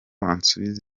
ansubiza